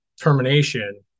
termination